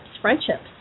friendships